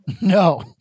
no